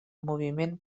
moviment